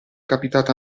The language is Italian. capitato